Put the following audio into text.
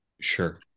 Sure